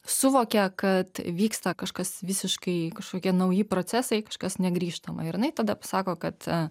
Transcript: suvokia kad vyksta kažkas visiškai kažkokie nauji procesai kažkas negrįžtama ir jinai tada pasako kad